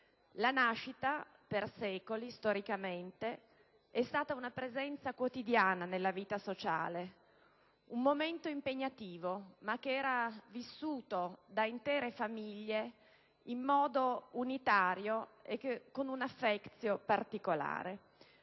La nascita per secoli, storicamente, è stata una presenza quotidiana nella vita sociale, un momento impegnativo, ma che era vissuto da intere famiglie in modo unitario e con una *affectio* particolare.